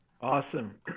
Awesome